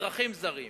אזרחים זרים